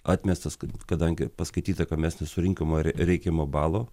atmestas kadangi paskaityta kad mes nesurinkome reikiamo balo